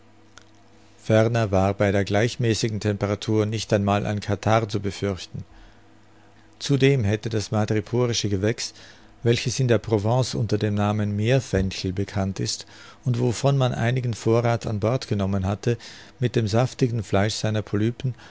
ferner war bei der gleichmäßigen temperatur nicht einmal ein katarrh zu befürchten zudem hätte das madreporische gewächs welches in der provence unter dem namen meerfenchel bekannt ist und wovon man einigen vorrath an bord genommen hatte mit dem saftigen fleisch seiner polypen